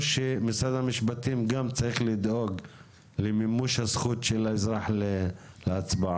או שמשרד המשפטים גם צריך לדאוג למימוש הזכות של האזרח להצבעה?